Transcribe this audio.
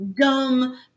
dumb